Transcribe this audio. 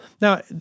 Now